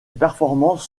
performances